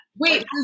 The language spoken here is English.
Wait